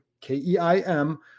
K-E-I-M